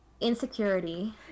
Insecurity